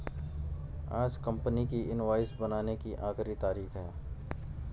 आज कंपनी की इनवॉइस बनाने की आखिरी तारीख है